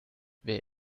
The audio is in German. wer